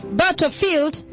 battlefield